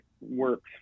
works